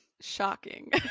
shocking